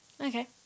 Okay